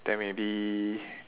then maybe